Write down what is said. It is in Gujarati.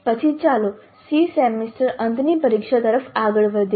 પછી ચાલો SEE સેમેસ્ટર અંતની પરીક્ષા તરફ આગળ વધીએ